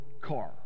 car